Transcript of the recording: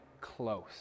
close